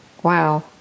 Wow